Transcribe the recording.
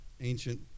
ancient